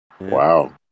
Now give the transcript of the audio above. wow